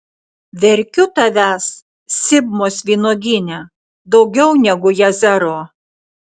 verkiu tavęs sibmos vynuogyne daugiau negu jazero